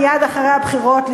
מייד אחרי הבחירות,